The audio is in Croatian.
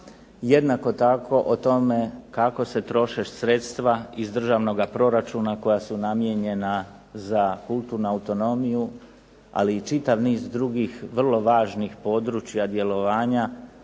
jednako tako o tome kako se troše sredstva iz državnoga proračuna koja su namijenjena za kulturnu autonomiju, ali i čitav niz drugih vrlo važnih područja djelovanja